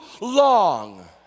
long